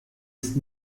ist